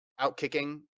outkicking